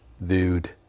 viewed